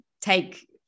take